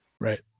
right